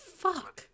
fuck